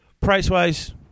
Price-wise